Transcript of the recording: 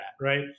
right